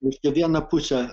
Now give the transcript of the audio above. reiškia viena puse